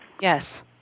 Yes